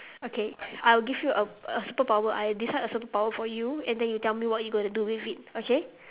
okay I'll give you a a superpower I decide a superpower for you and then you tell me what you going to do with it okay